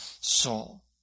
soul